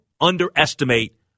underestimate